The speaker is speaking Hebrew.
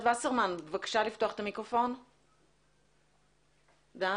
עיקרי מהרפורמה הזאת לעלות למדף ולהעלות אבק לפחות במשך עוד חצי שנה